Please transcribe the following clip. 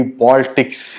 politics